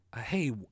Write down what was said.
hey